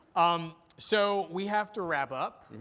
um so we have to wrap up.